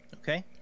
okay